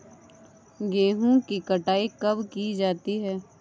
गेहूँ की कटाई कब की जाती है?